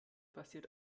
basiert